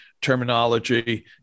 terminology